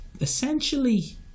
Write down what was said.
Essentially